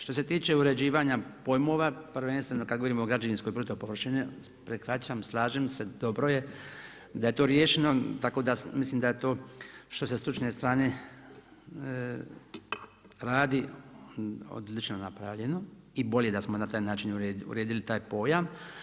Što se tiče uređivanja pojmova prvenstveno kad govorim o građevinskoj bruto površini prihvaćam, slažem se, dobro je da je to riješeno tako da mislim da je to što se stručne strane radi odlično napravljeno i bolje da smo na taj način uredili taj pojam.